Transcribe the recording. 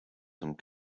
some